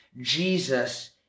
Jesus